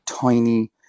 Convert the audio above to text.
tiny